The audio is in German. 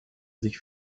sich